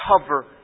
cover